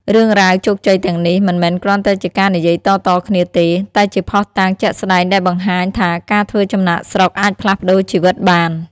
រឿងរ៉ាវជោគជ័យទាំងនេះ មិនមែនគ្រាន់តែជាការនិយាយតៗគ្នាទេ តែជាភស្តុតាងជាក់ស្ដែងដែលបង្ហាញថាការធ្វើចំណាកស្រុកអាចផ្លាស់ប្ដូរជីវិតបាន។